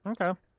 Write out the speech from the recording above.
Okay